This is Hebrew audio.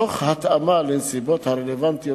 תוך התאמה לנסיבות הרלוונטיות,